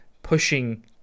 pushing